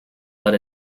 led